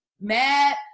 mad